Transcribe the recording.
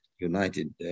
United